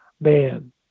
man